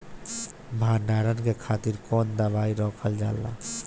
भंडारन के खातीर कौन दवाई रखल जाला?